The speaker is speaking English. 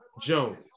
Jones